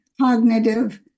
cognitive